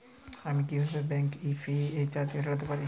আমি কিভাবে bank fee এবং চার্জ এড়াতে পারি?